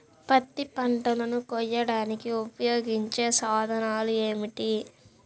పత్తి పంటలను కోయడానికి ఉపయోగించే సాధనాలు ఏమిటీ?